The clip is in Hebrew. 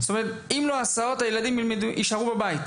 זאת אומרת, אם לא הסעות הילדים יישארו בבית.